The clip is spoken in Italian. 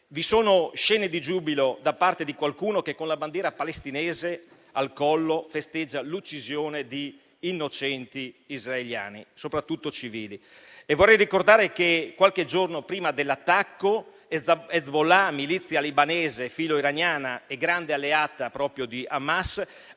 vi sono scene di giubilo da parte di qualcuno che, con la bandiera palestinese al collo, festeggia l'uccisione di innocenti israeliani, soprattutto civili. Vorrei ricordare che, qualche giorno prima dell'attacco, Hezbollah, milizia libanese filo-iraniana e grande alleata proprio di Hamas,